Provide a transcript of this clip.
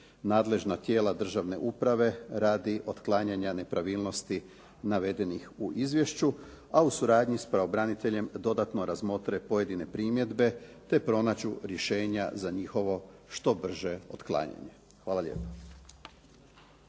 nadležna tijela državne uprave radi uklanjanja nepravilnosti navedenih u izvješću, a u suradnji sa pravobraniteljem dodatno razmotre pojedine primjedbe, te pronađu rješenja za njihovo što brže otklanjanje. Hvala lijepo.